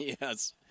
Yes